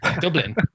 Dublin